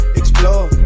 explore